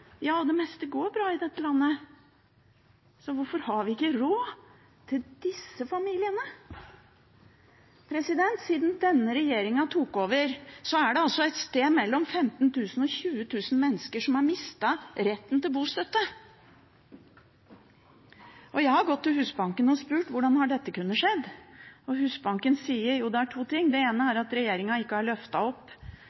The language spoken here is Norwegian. Ja, det meste går bra i dette landet, så hvorfor har vi ikke råd til disse familiene? Siden denne regjeringen tok over, er det et sted mellom 15 000 og 20 000 mennesker som har mistet retten til bostøtte. Jeg har gått til Husbanken og spurt: Hvordan har dette kunnet skje? Husbanken sier at det er to ting. Det ene er